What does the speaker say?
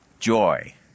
Joy